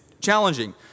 challenging